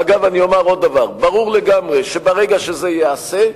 אגב, אומר עוד דבר: ברור לגמרי שברגע שזה ייעשה,